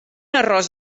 arròs